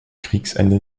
kriegsende